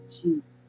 Jesus